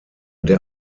der